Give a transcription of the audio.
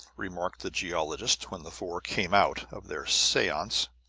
remarked the geologist, when the four came out of their seance,